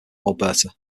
alberta